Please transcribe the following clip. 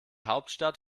hauptstadt